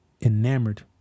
enamored